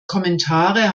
kommentare